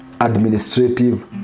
administrative